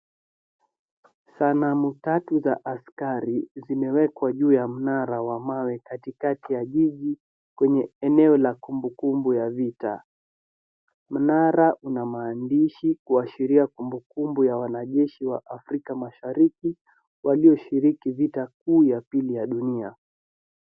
Sanamu tatu za askari zimewekwa juu ya mnara wa mawe katikati ya jiji kwenye eneo ya kumbukumbu ya vita. Mnara una maandishi kuashiria kumbukumbu ya wanajeshi wa Afrika Mahsariki walioshiriki vita kuu ya pili ya dunia.